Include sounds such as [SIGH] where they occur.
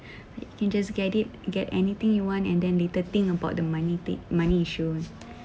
[BREATH] you can just get it get anything you want and then later think about the money paid money issues